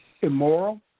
immoral